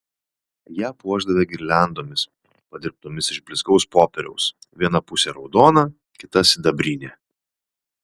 ją puošdavę girliandomis padirbtomis iš blizgaus popieriaus viena pusė raudona kita sidabrinė